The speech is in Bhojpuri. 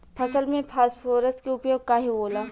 फसल में फास्फोरस के उपयोग काहे होला?